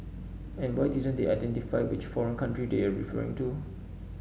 and why didn't they identify which foreign country they're referring to